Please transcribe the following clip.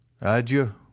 Adieu